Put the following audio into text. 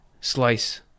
slice